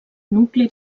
nucli